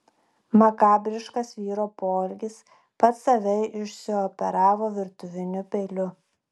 makabriškas vyro poelgis pats save išsioperavo virtuviniu peiliu